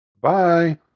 Bye